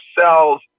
cells